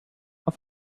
auf